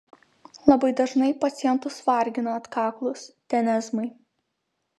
labai dažnai pacientus vargina atkaklūs tenezmai